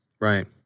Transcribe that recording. Right